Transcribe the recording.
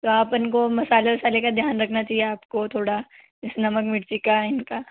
आप लोगों को मसाले वसाले का ध्यान रखना चाहिए आपको थोड़ा जैसे नमक मिर्ची का इनका